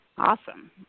Awesome